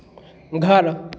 घर